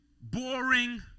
boring